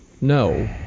No